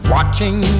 Watching